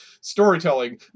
storytelling